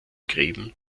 gräben